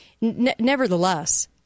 nevertheless